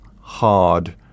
hard